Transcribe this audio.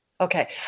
Okay